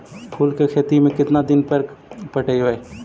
फूल के खेती में केतना दिन पर पटइबै?